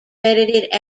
credited